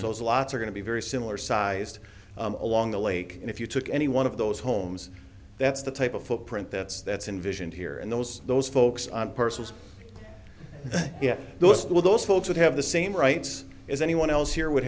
lot are going to be very similar sized along the lake and if you took any one of those homes that's the type of footprint that's that's envisioned here and those those folks on persons yes those will those folks would have the same rights as anyone else here would